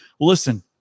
listen